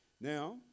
Now